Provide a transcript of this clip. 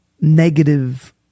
negative